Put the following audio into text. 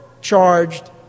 charged